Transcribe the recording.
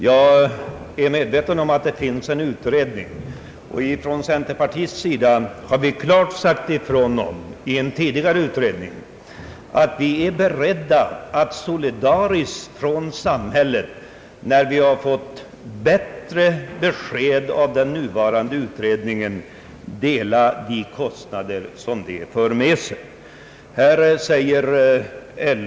Jag är medveten om att det finns en utredning rörande denna fråga, och från centerpartiets sida har vi i en tidigare utredning klart uttalat att vi är beredda att solidariskt, när vi har fått bättre besked av den nuvarande utredningen, dela de kostnader för samhället som en sådan försäkring för med sig.